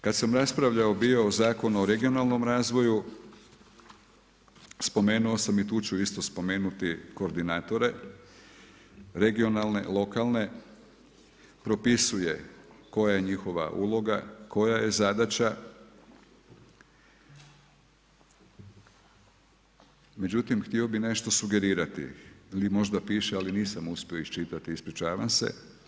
Kada sam raspravljao bio o Zakonu o regionalnom razvoju spomenuo sam i tu ću isto spomenuti koordinatore regionalne, lokalne propisuje koja je njihova uloga, koja je zadaća, međutim htio bih nešto sugerirati ili možda piše ali nisam uspio iščitati, ispričavam se.